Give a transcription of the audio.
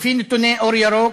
לפי נתוני "אור ירוק",